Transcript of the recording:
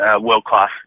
world-class